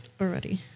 already